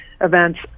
events